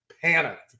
panicked